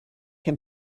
can